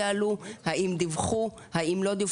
אולי דיווחו ואולי לא.